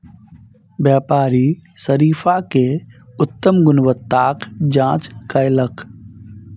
व्यापारी शरीफा के उत्तम गुणवत्ताक जांच कयलक